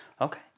okay